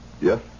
Yes